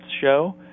show